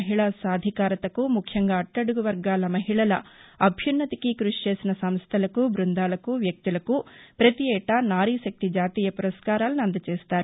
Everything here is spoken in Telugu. మహిళా సాధికారతకు ముఖ్యంగా అట్టడుగు వర్గాల మహిళల అభ్యున్నతికి కృషి చేసిన సంస్టలకు బృందాలకు వ్యక్తులకు ప్రతీ ఏటా నారీ శక్తి జాతీయ పురస్కారాలను అందచేస్తారు